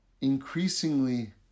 increasingly